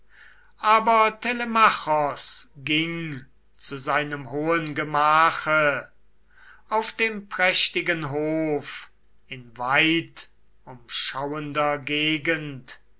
telemachos ging zu seinem hohen gemache auf dem prächtigen hof in weitumschauender gegend